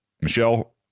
Michelle